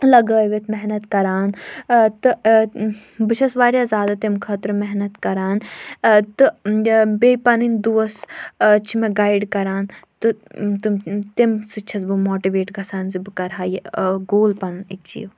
لَگٲوِتھ محنت کَران تہٕ بہٕ چھَس واریاہ زیادٕ تَمہِ خٲطرٕ محنت کَران تہٕ بیٚیہِ پَنٕنۍ دوس چھِ مےٚ گایِڈ کَران تہٕ تِم تَمہِ سۭتۍ چھَس بہٕ ماٹِویٹ گژھان زِ بہٕ کَرٕ ہا یہِ گول پَنُن ایٚچیٖو